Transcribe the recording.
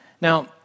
Now